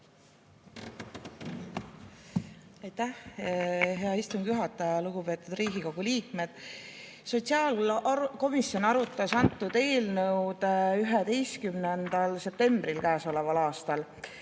hea istungi juhataja! Lugupeetud Riigikogu liikmed! Sotsiaalkomisjon arutas seda eelnõu 11. septembril käesoleval aastal.